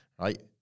right